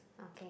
okay